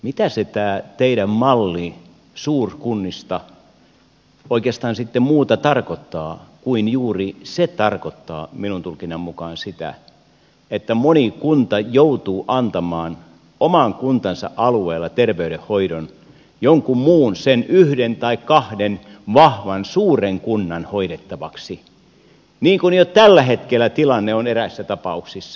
mitä se teidän mallinne suurkunnista oikeastaan sitten muuta tarkoittaa kuin juuri sitä mitä se tarkoittaa minun tulkintani mukaan että moni kunta joutuu antamaan oman kuntansa alueella terveydenhoidon jonkun muun sen yhden tai kahden vahvan suuren kunnan hoidettavaksi niin kuin jo tällä hetkellä tilanne on eräissä tapauksissa